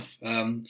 enough